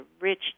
rich